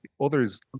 others